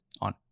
on